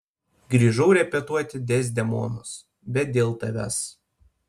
grįžau repetuoti dezdemonos bet dėl tavęs